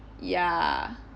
ya